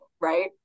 right